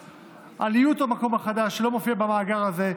של איות שם המקום החדש שלא מופיע במאגר הזה.